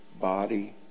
body